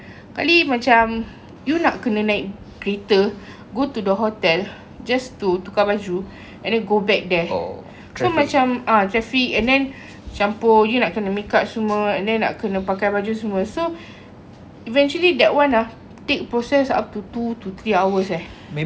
sekali macam you nak kena naik kereta go to the hotel just to tukar baju and then go back there so macam ah traffic and then campur you nak kena make up semua and then nak kena pakai baju semua so eventually that one ah take process up to two to three hours eh